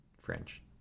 French